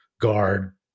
guard